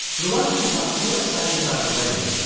rwandans got so excited about the wedding,